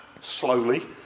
slowly